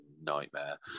nightmare